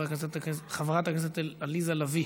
חברת הכנסת עליזה לביא,